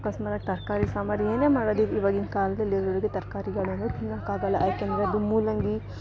ಅಕಸ್ಮಾತಾಗಿ ತರಕಾರಿ ಸಾಂಬಾರ್ ಏನೇ ಮಾಡೋದಿರಲಿ ಇವಾಗಿನ ಕಾಲದಲ್ಲಿ ಎಲ್ರಿಗು ತರಕಾರಿಗಳನ್ನು ತಿನ್ನೋಕಾಗೊಲ್ಲ ಯಾಕೆ ಅಂದರೆ ಅದು ಮೂಲಂಗಿ